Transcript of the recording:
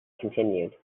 continued